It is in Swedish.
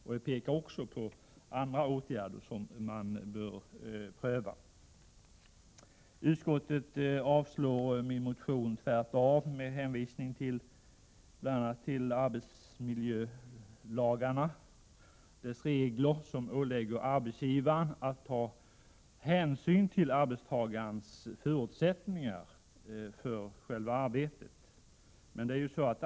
Jag pekar också på andra åtgärder som bör prövas. Utskottet avstyrker motionen med hänvisning till bl.a. arbetsmiljölagens regler, som ålägger arbetsgivaren att ta hänsyn till arbetstagarnas särskilda förutsättningar för arbetet.